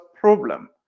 problem